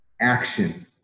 action